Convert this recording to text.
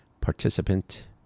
participant